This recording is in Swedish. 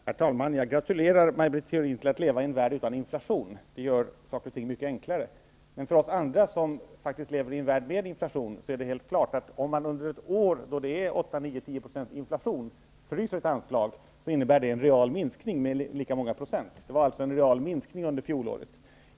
Herr talman! Jag gratulerar Maj Britt Theorin till att leva i en värld utan inflation. Det gör saker och ting mycket enklare. Men för oss andra som faktiskt lever i en värld med inflation är det helt klart att om man under ett år då inflationen är 8--9 % fryser ett anslag, innebär det en real minskning med lika många procent. Det skedde således en real minskning under förra året.